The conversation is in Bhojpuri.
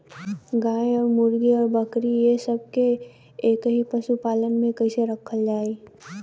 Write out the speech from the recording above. गाय और मुर्गी और बकरी ये सब के एक ही पशुपालन में कइसे रखल जाई?